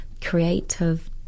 creative